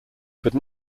could